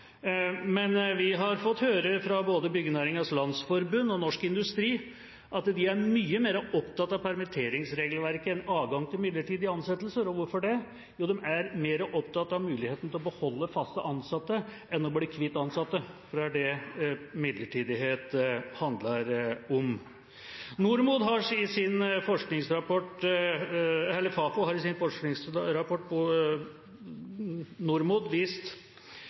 Men vi har fått høre fra både Byggenæringens Landsforening og Norsk Industri at de er mye mer opptatt av permitteringsregelverket enn adgang til midlertidige ansettelser. Og hvorfor det? Jo, de er mer opptatt av muligheten til å beholde fast ansatte enn å bli kvitt ansatte, for det er det midlertidighet handler om. Fafo har i sin forskningsrapport NordMod vist sammenhengene i